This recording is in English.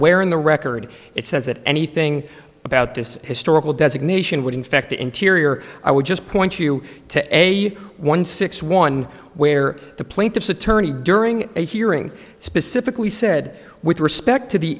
where in the record it says that anything about this historical designation would infect the interior i would just point you to a one six one where the plaintiff's attorney during a hearing specifically said with respect to the